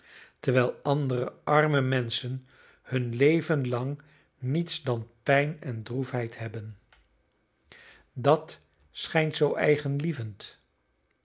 terwijl andere arme menschen hun leven lang niets dan pijn en droefheid hebben dat schijnt zoo